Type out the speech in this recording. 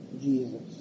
Jesus